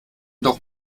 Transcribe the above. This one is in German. doch